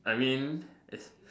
I mean it's